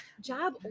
job